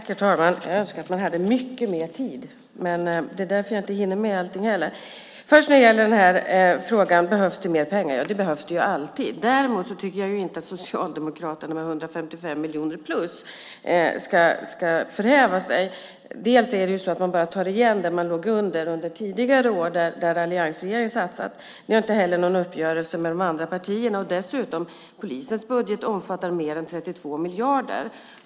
Herr talman! Jag önskar att jag hade mycket mer tid. Nu hinner jag inte med allt. Behövs det mer pengar? Ja, det gör det alltid. Däremot tycker jag inte att Socialdemokraterna med 155 miljoner plus ska förhäva sig. Man tar bara igen där man låg back under tidigare år och där alliansregeringen har satsat. Ni har inte heller någon uppgörelse med de andra partierna. Dessutom omfattar polisens budget över 32 miljarder.